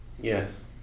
Yes